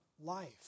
life